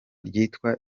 ryitwa